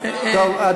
אני